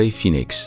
Phoenix